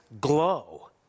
glow